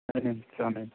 হ্যাঁ জানি